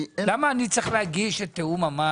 למה אני צריך להגיש את תיאום המס?